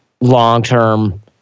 long-term